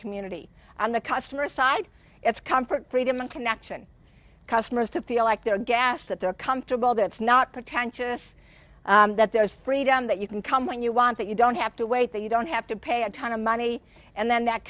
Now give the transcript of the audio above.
community and the customer side it's comfort freedom connection customers to feel like they're gas that they're comfortable that's not pretentious that there's freedom that you can come when you want that you don't have to wait that you don't have to pay a ton of money and then that